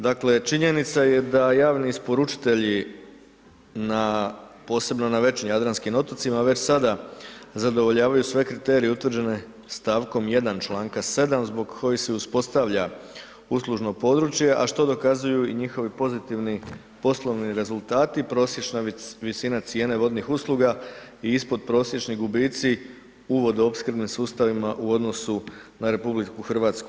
Dakle činjenica je da javni isporučitelji posebno na većim jadranskim otocima već sada zadovoljavaju sve kriterije utvrđene stavkom 1. članka zbog kojih se uspostavlja uslužno područje a što dokazuju i njihovi pozitivni poslovni rezultati, prosječna visina cijene vodnih usluga i ispodprosječni gubici u vodoopskrbnim sustavima u odnosu na RH.